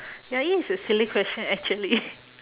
ya it is a silly question actually